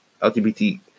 LGBT